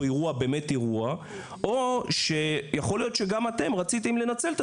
באמת אירוע או שיכול להיות שגם אתם רציתם לנצל את